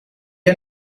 are